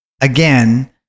again